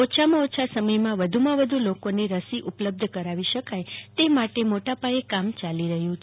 ઓછામાં ઓછા સમયમાં વધુમાં વધુ લોકોને રસી ઉપલબ્ધ કરાવી શકાય તેમણે મોટા પાયે કામ ચાલી રહ્યું છે